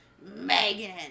Megan